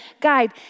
guide